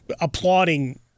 applauding